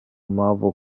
marvel